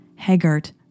Hegart